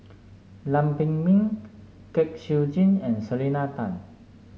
Lam Pin Min Kwek Siew Jin and Selena Tan